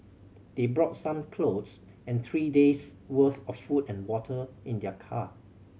they brought some clothes and three days worth of food and water in their car